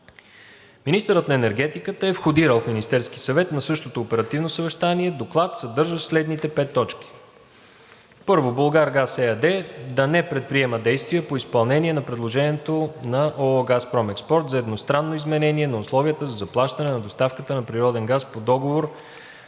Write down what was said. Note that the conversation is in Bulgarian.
Министърът на енергетиката е входирал в Министерския съвет на същото оперативно съвещание Доклад, съдържащ следните пет точки: 1. „Булгаргаз“ ЕАД да не предприема действия по изпълнение на предложението на ООО „Газпром Експорт“ за едностранно изменение на условията за заплащане на доставката на природен газ по Договор